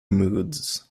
moods